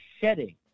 shedding